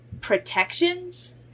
protections